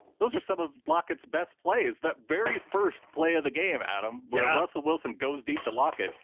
those are some of lockets best plays that very first play of the game, adam, where russell wilson goes deep to lock it.